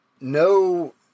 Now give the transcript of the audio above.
no